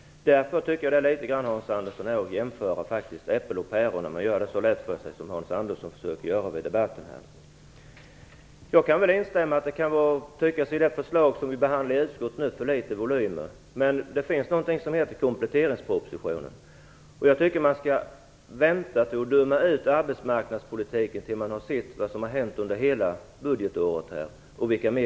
Därför tycker jag att detta är som att jämföra äpplen och päron och att Hans Andersson gör det litet för lätt för sig i debatten. Jag kan instämma i att det kan tyckas som om utskottets förslag ger en för liten volym. Det finns emellertid någonting som heter kompletteringspropositionen, och jag tycker att man skall vänta med att döma ut arbetsmarknadspolitiken tills dess man har sett utfallet under hela budgetåret.